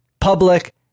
public